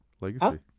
Legacy